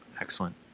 Excellent